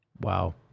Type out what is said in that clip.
Wow